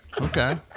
okay